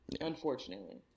Unfortunately